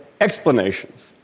explanations